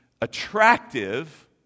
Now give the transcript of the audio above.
attractive